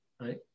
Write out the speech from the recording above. right